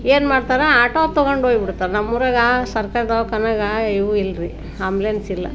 ಏನ್ಮಾಡ್ತಾರೆ ಆಟೋ ತೊಗೊಂಡು ಹೋಗ್ಬಿಡ್ತಾರೆ ನಮ್ಮೂರಾಗ ಸರ್ಕಾರಿ ದವಾ ಖಾನಾಗ ಇವು ಇಲ್ಲರೀ ಆ್ಯಂಬಲೆನ್ಸ್ ಇಲ್ಲ